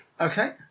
Okay